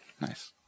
Nice